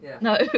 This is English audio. No